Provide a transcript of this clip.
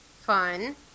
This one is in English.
Fun